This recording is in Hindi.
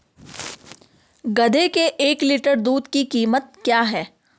गधे के एक लीटर दूध की कीमत क्या है?